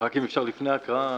רק אם אפשר לפני הקראה,